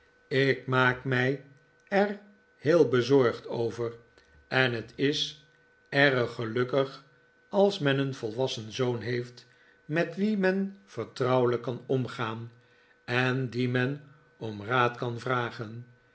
ik maak mij er heel bezorgd over en het is erg gelukkig als men een volwassen zoon heeft met wien men vertrouwelijk kan omgaan en dien men om raad kan vragen